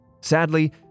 Sadly